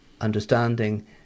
understanding